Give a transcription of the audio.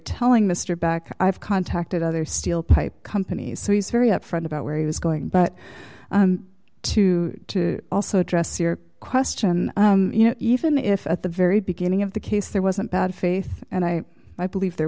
telling mr back i've contacted other steel pipe companies so he's very upfront about where he was going but to also address your question you know even if at the very beginning of the case there wasn't bad faith and i i believe there